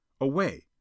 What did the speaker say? Away